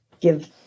give